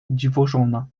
dziwożona